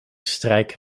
strijk